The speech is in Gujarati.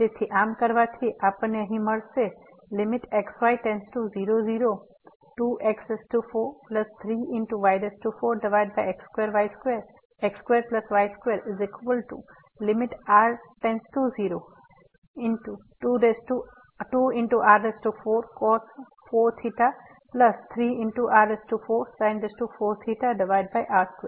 તેથી આમ કરવાથી આપણને અહી આ મળશે 2x43y4x2y2 2r4 3r4 r2